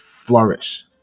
flourish